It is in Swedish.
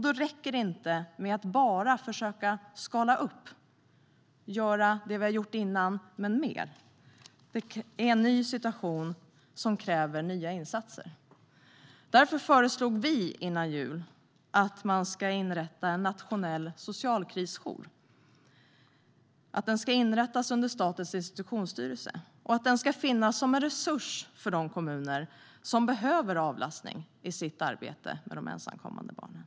Det räcker inte med att bara försöka skala upp - göra det vi har gjort innan men mer. Det är en ny situation som kräver nya insatser. Därför föreslog vi kristdemokrater före jul att en nationell socialkrisjour ska inrättas under Statens institutionsstyrelse. Den ska finnas som en resurs för de kommuner som behöver avlastning i arbetet med de ensamkommande flyktingbarnen.